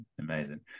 Amazing